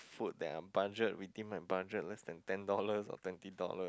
food that are budget within my budget less than ten dollars or twenty dollar